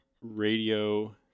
radio